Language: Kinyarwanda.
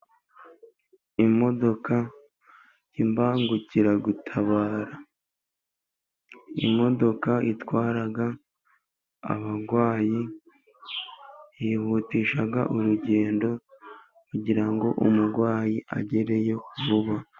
Imodoka y'imbangukiragutabara, imodoka itwara abarwayi yihutisha urugendo, kugira ngo umurwayi agereyo vuba.